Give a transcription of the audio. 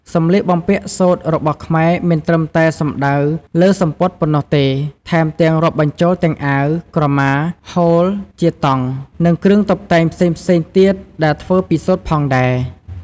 សម្លៀកបំពាក់សូត្ររបស់ខ្មែរមិនត្រឹមតែសំដៅលើសំពត់ប៉ុណ្ណោះទេ ថែមទាំងរាប់បញ្ចូលទាំងអាវ ក្រមា ហូលជាតង់ និងគ្រឿងតុបតែងផ្សេងៗទៀតដែលធ្វើពីសូត្រផងដែរ។